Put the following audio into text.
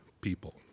people